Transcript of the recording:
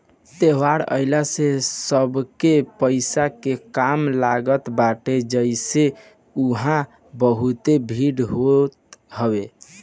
त्यौहार आइला से सबके पईसा के काम लागत बाटे जेसे उहा बहुते भीड़ होत हवे